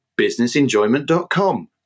businessenjoyment.com